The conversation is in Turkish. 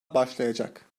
başlayacak